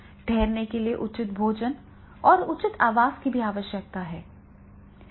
ठहरने के लिए उचित भोजन और उचित आवास की भी आवश्यकता है